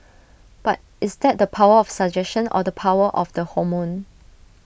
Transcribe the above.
but is that the power of suggestion or the power of the hormone